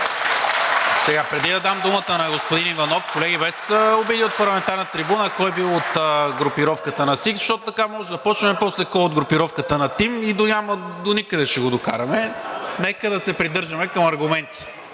Сега, преди да дам думата на господин Иванов, колеги, без обиди от парламентарната трибуна кой бил от групировката на СИК, защото така можем да започнем после кой е от групировката на ТИМ и доникъде ще го докараме. (Шум и реплики.) Нека да се придържаме към аргументи.